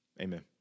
Amen